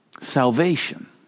Salvation